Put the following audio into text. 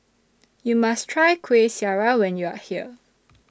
YOU must Try Kueh Syara when YOU Are here